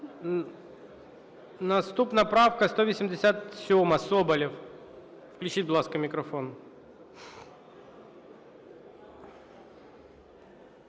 Наступна правка 187. Соболєв. Включіть, будь ласка, мікрофон.